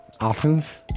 Athens